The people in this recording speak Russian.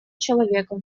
человека